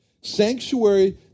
Sanctuary